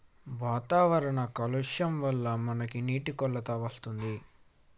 వాతావరణ కాలుష్యం వళ్ల మనకి నీటి కొరత వస్తుంది